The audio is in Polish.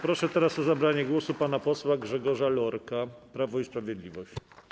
Proszę teraz o zabranie głosu pana posła Grzegorza Lorka, Prawo i Sprawiedliwość.